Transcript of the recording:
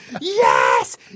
yes